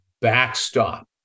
backstop